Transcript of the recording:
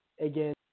again